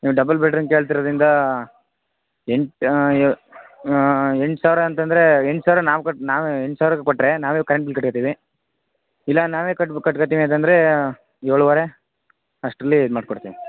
ನೀವು double bedroom ಕೇಳ್ತಿರೋದರಿಂದಾ ಎಂಟು ಎ ಎಂಟು ಸಾವಿರ ಅಂತಂದರೆ ಎಂಟು ಸಾವಿರ ನಾವು ಕಟ್ಟಿ ನಾವು ಎಂಟು ಸಾವಿರ ಕೊಟ್ಟರೆ ನಾವೇ ಕರೆಂಟ್ ಬಿಲ್ ಕಟ್ಟಿರ್ತೀವಿ ಇಲ್ಲ ನಾವೇ ಕಟ್ಟು ಕಟ್ಟುಕತೀವಿ ಅಂದರೆ ಏಳುವರೆ ಅಷ್ಟರಲ್ಲಿ ಇದು ಮಾಡಿಕೊಡ್ತೀವಿ